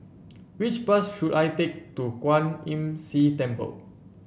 which bus should I take to Kwan Imm See Temple